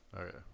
Okay